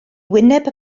wyneb